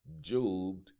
Job